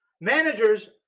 managers